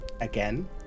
again